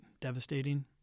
devastating